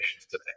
today